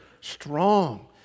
strong